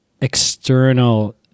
external